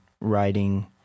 writing